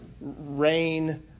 rain